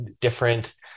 different